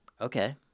okay